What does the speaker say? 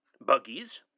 buggies